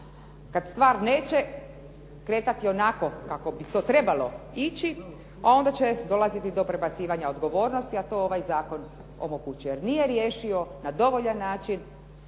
Kad stvar neće kretati onako kako bi to trebalo ići onda će dolaziti do prebacivanja odgovornosti a to ovaj zakon omogućuje jer nije riješio na dovoljan način